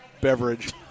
beverage